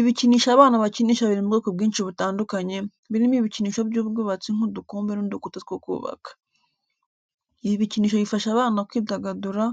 Ibikinisho abana bakinisha biri mu bwoko bwinshi butandukanye, birimo ibikinisho by'ubwubatsi nk'udukombe n'udukuta two kubaka. Ibi bikinisho bifasha abana kwidagadura,